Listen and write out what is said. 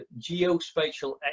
geospatial